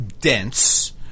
dense